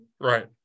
Right